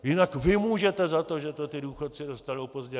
Jinak vy můžete za to, že to ti důchodci dostanou pozdě.